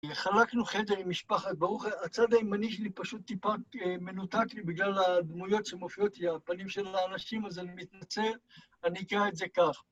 חלקנו חדר עם משפחת, ברוך ה... הצד הימני שלי פשוט טיפה מנותק לי בגלל הדמויות שמופיעות לי על פנים של האנשים, אז אני מתנצל, אני אקרא את זה כך.